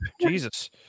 Jesus